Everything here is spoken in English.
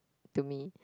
to me